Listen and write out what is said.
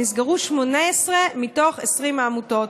נסגרו 18 מתוך 20 העמותות,